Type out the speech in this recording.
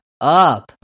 up